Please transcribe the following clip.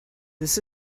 this